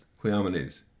cleomenes